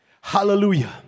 Hallelujah